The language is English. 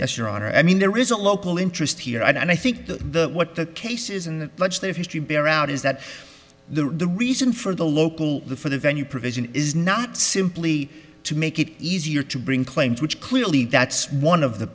yes your honor i mean there is a local interest here and i think that the what the cases in the legislative history bear out is that the reason for the local the for the venue provision is not simply to make it easier to bring claims which clearly that's one of the